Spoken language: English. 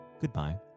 goodbye